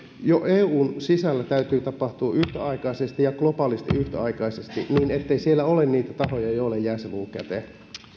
jo eun sisällä yhtäaikaisesti ja globaalisti yhtäaikaisesti niin ettei siellä ole niitä tahoja joille jää se luu käteen